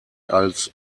als